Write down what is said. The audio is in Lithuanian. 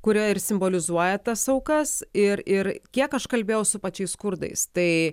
kurioj ir simbolizuoja tas aukas ir ir kiek aš kalbėjau su pačiais kurdais tai